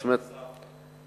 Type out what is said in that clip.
קרן ספרא.